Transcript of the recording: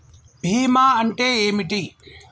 బీమా అంటే ఏమిటి?